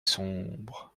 sombre